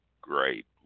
great